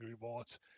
rewards